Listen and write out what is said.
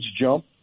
jump